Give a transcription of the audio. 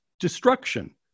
destruction